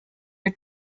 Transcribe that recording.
are